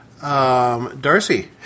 Darcy